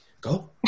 Go